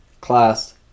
class